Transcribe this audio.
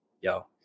yo